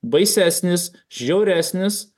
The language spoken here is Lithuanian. baisesnis žiauresnis